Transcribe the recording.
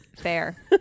fair